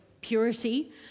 purity